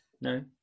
no